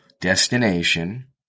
destination